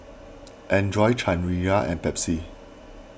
andre Chanira and Pepsi